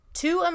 two